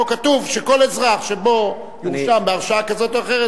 פה כתוב שכל אזרח שיורשע בהרשעה כזו או אחרת,